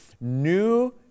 New